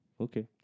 Okay